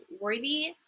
worthy